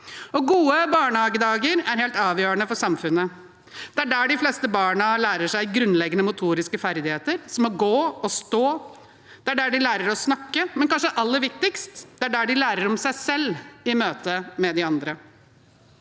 Gode barnehagedager er helt avgjørende for samfunnet. Det er der de fleste barna lærer seg grunnleggende motoriske ferdigheter, som å gå og stå, det er der de lærer å snakke, men kanskje aller viktigst: Det er der de lærer om seg selv i møte med de andre.